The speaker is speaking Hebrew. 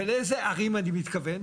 ולאיזה ערים אני מתכוון.